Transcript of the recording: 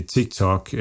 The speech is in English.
TikTok